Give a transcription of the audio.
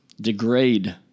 degrade